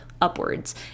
Upwards